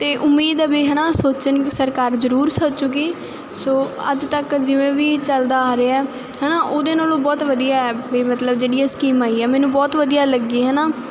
ਤੇ ਉਮੀਦ ਹੈ ਵੀ ਹਨਾ ਸੋਚਣ ਸਰਕਾਰ ਜਰੂਰ ਸੋਚੂਗੀ ਸੋ ਅੱਜ ਤੱਕ ਜਿਵੇਂ ਵੀ ਚੱਲਦਾ ਆ ਰਿਹਾ ਹਨਾ ਉਹਦੇ ਨਾਲੋਂ ਬਹੁਤ ਵਧੀਆ ਮਤਲਬ ਜਿਹੜੀਆਂ ਸਕੀਮ ਆਈ ਆ ਮੈਨੂੰ ਬਹੁਤ ਵਧੀਆ ਲੱਗੀ ਹਨਾ